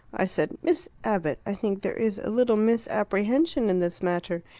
i said miss abbott, i think there is a little misapprehension in this matter.